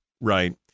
Right